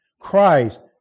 Christ